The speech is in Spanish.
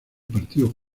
partido